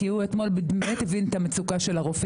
כי הוא באמת הבין אתמול את המצוקה של הרופאים.